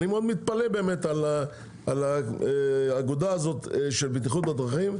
אני מתפלא מאוד על האגודה של בטיחות בדרכים,